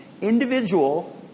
individual